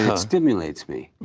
um stimulates me.